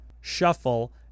shuffle